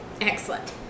Excellent